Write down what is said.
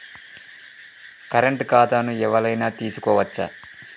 Current ఖాతాను ఎవలైనా తీసుకోవచ్చా?